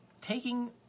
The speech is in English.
taking